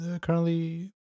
currently